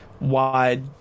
wide